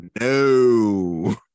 no